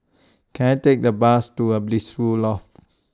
Can I Take A Bus to A Blissful Loft